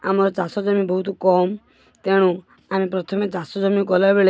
ଆମର ଚାଷ ଜମି ବହୁତ କମ୍ ତେଣୁ ଆମେ ପ୍ରଥମେ ଚାଷ ଜମି କଲାବେଳେ